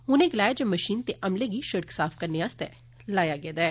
उनें गलाया जे मशीनें ते अमलें गी शिड़क साफ करने आस्तै लाया गेदा ऐ